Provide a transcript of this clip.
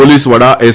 police વડા S